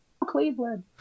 Cleveland